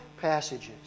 passages